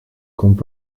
compte